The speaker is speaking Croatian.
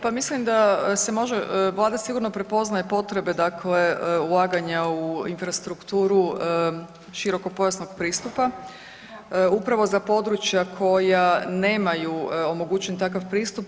Pa mislim da se može Vlada sigurno prepoznaje potrebe dakle ulaganja u infrastrukturu širokopojasnog pristupa upravo za područja koja nemaju omogućen takav pristup.